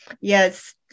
yes